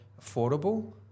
affordable